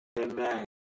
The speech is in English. Amen